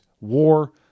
war